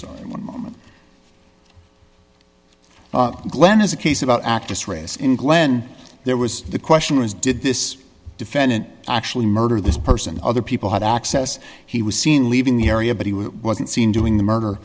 in one moment glen is a case about actus reus in glen there was the question was did this defendant actually murder this person other people had access he was seen leaving the area but he wasn't seen doing the murder